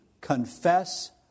confess